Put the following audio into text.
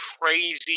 crazy